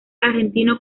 argentino